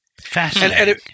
Fascinating